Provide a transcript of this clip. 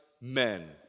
men